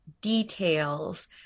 details